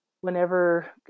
whenever